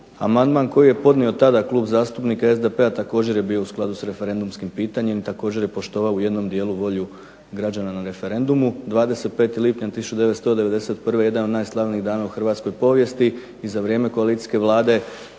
Amandman koji je podnio tada Klub zastupnika SDP-a također je bio u skladu sa referendumskim pitanjem i također je poštivao u jednom dijelu volju građana na referendumu. 25. lipnja 1991. godine jedan je od najslavnijih dana u Hrvatskoj povijesti i za vrijeme koalicijske Vlade